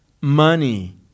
money